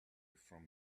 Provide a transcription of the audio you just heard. from